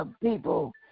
people